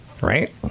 Right